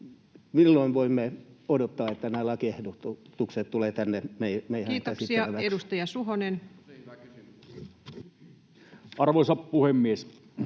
että nämä lakiehdotukset tulevat tänne meidän käsiteltäväksi? Kiitoksia. — Edustaja Suhonen. Arvoisa puhemies!